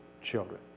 children